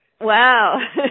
Wow